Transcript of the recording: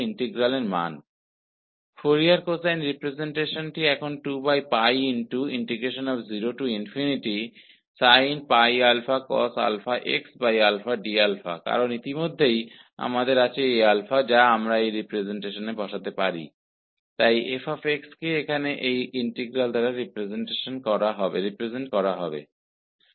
अब हमारे पास फोरियर कोसाइन रिप्रजेंटेशन2 0 sin cosx d के रूप में हैक्योंकि हमारे पास पहले से हीAα है जिसका मान हम इस रिप्रजेंटेशन में रख सकते हैं इसलिए f को यहाँ इस इंटीग्रल द्वारा निरूपित किया जाएगा